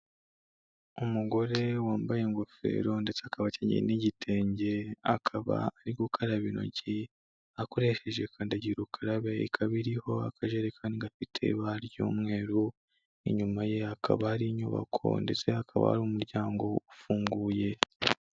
Umugore wambaye ingofero ndetse akaba akenyeye n'igitenge akaba ari gukaraba intoki akoresheje kandagira ukarabe, ikaba iriho akajerekani gafite ibara ry'umweru, inyuma ye hakaba hari inyubako ndetse hakaba hari umuryango ufunguye.